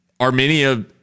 Armenia